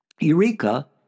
Eureka